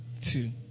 Two